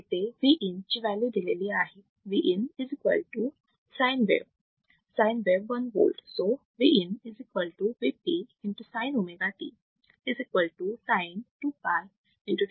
इथे Vin ची value दिलेली आहे Vin sin wave right sin wave 1 volt